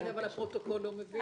כן, אבל הפרוטוקול לא מבין.